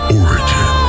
origin